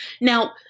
Now